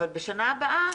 אבל בשנה הבאה,